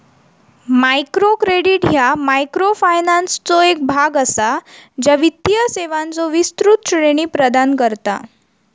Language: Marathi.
मायक्रो क्रेडिट ह्या मायक्रोफायनान्सचो एक भाग असा, ज्या वित्तीय सेवांचो विस्तृत श्रेणी प्रदान करता